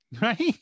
right